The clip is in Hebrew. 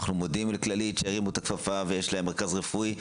אנחנו מודים לכללית שהרימו את הכפפה ויש להם מרכז רפואי,